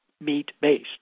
meat-based